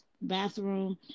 bathroom